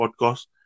podcast